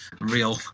real